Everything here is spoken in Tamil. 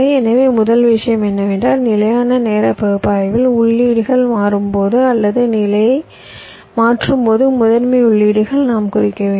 எனவே முதல் விஷயம் என்னவென்றால் நிலையான நேர பகுப்பாய்வில் உள்ளீடுகள் மாறும்போது அல்லது நிலையை மாற்றும்போது முதன்மை உள்ளீடுகளை நாம் குறிக்க வேண்டும்